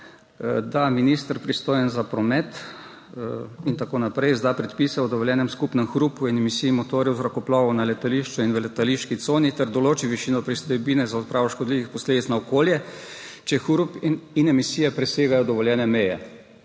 da minister, pristojen za promet in tako naprej, izda predpise o dovoljenem skupnem hrupu in emisijah motorjev zrakoplovov na letališču in v letališki coni ter določi višino pristojbine za odpravo škodljivih posledic na okolje, če hrup in emisije presegajo dovoljene meje.